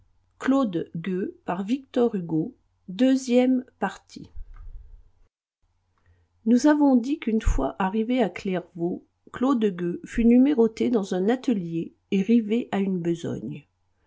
nous avons dit qu'une fois arrivé à clairvaux claude gueux fut numéroté dans un atelier et rivé à une besogne